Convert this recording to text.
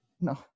No